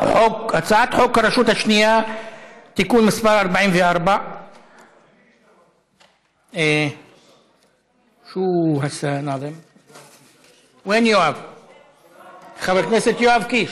הצעת חוק הרשות השנייה (תיקון מס' 44). חבר הכנסת יואב קיש,